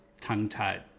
tongue-tied